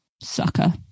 Sucker